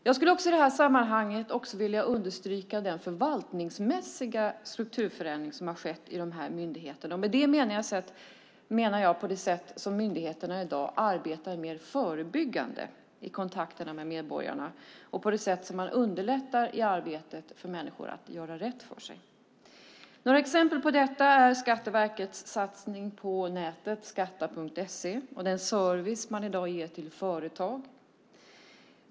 Jag skulle också i det här sammanhanget vilja understryka den förvaltningsmässiga strukturförändring som har skett i de här tre myndigheterna, och med det menar jag på det sätt som myndigheterna i dag arbetar mer förebyggande i kontakterna med medborgarna och på det sätt som man underlättar i arbetet för att människor ska kunna göra rätt för sig. Några exempel på detta är Skatteverkets satsningar på nätet, skatta.se, och den service man i dag ger till företag.